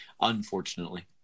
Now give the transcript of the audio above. Unfortunately